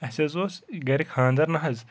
اَسِہ حظ اوس گَرِ خانٛدَر نَہ حظ